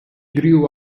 grew